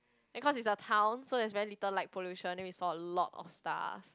and cause it's a town so there is very little light pollution then we saw a lot of stars